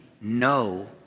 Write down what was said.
no